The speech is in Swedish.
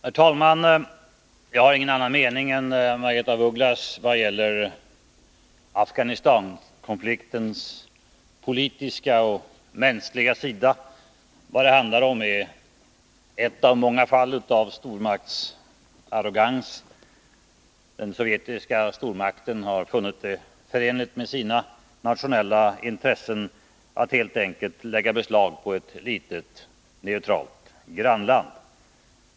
Herr talman! Jag har ingen annan mening än Margaretha af Ugglas vad gäller Afghanistankonfliktens politiska och mänskliga sida. Vad det handlar om är ett av många fall av stormaktsarrogans. Den sovjetiska stormakten har funnit det förenligt med sina nationella intressen att helt enkelt lägga beslag på ett litet, neutralt grannland.